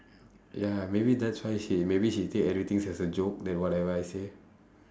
ya maybe that's why she maybe she take everything as a joke that whatever I say